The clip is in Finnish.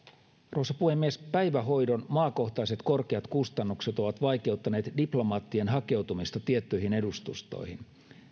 arvoisa puhemies päivähoidon maakohtaiset korkeat kustannukset ovat vaikeuttaneet diplomaattien hakeutumista tiettyihin edustustoihin